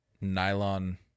nylon